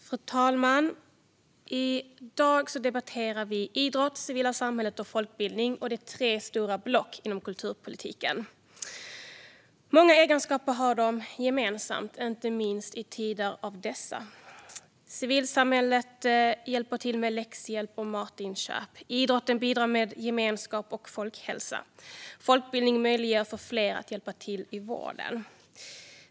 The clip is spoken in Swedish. Fru talman! I dag debatterar vi idrott, det civila samhället och folkbildning, som utgör tre stora block inom kulturpolitiken. De har många egenskaper gemensamt, inte minst i dessa tider. Civilsamhället hjälper till med läxor och matinköp. Idrotten bidrar med gemenskap och folkhälsa. Folkbildning möjliggör för fler att hjälpa till inom vården.